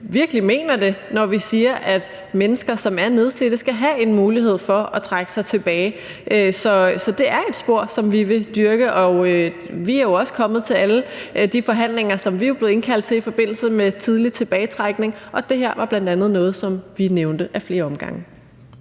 virkelig mener det, når vi siger, at mennesker, som er nedslidte, skal have en mulighed for at trække sig tilbage. Så det er et spor, som vi vil dyrke. Vi er jo også kommet til alle de forhandlinger, som vi er blevet indkaldt til, i forbindelse med tidlig tilbagetrækning, og det her var bl.a. noget, vi nævnte i flere omgange.